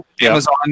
Amazon